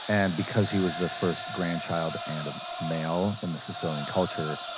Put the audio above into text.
and because he was the first grandchild, and a male, in the sicilian culture,